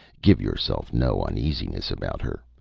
give yourself no uneasiness about her.